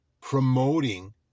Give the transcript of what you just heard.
promoting